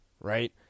right